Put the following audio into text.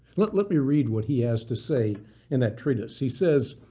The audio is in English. let let me read what he has to say in that treatise he says